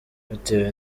bitewe